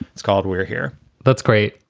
it's called we're here that's great.